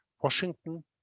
Washington